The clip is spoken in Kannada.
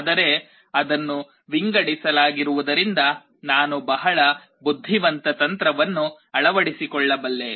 ಆದರೆ ಅದನ್ನು ವಿಂಗಡಿಸಲಾಗಿರುವುದರಿಂದ ನಾನು ಬಹಳ ಬುದ್ಧಿವಂತ ತಂತ್ರವನ್ನು ಅಳವಡಿಸಿಕೊಳ್ಳಬಲ್ಲೆ